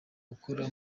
ukora